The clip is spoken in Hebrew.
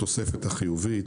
התוספת החיובית.